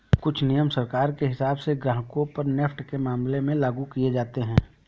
कुछ नियम सरकार के हिसाब से ग्राहकों पर नेफ्ट के मामले में लागू किये जाते हैं